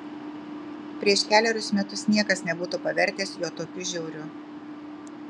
prieš kelerius metus niekas nebūtų pavertęs jo tokiu žiauriu